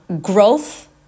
growth